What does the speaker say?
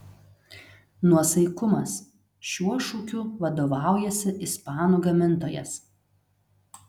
nuosaikumas šiuo šūkiu vadovaujasi ispanų gamintojas